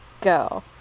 go